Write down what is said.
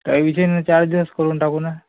काही विषय नाही चार दिवस करून टाकू ना